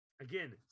Again